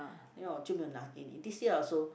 then 我就没有拿给你 this year also